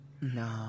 No